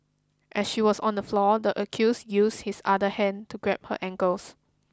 as she was on the floor the accused used his other hand to grab her ankles